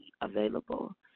available